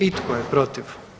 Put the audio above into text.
I tko je protiv?